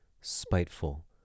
Spiteful